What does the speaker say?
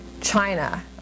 China